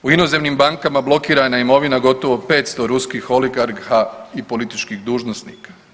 U inozemnim bankama blokirana je imovina gotovo 500 ruskih oligarha i političkih dužnosnika.